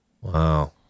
Wow